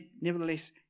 nevertheless